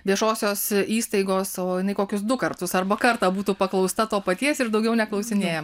viešosios įstaigos o jinai kokius du kartus arba kartą būtų paklausta to paties ir daugiau neklausinėjama